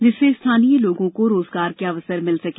जिससे स्थानीय लोगों को रोजगार के अवसर मिले